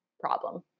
problem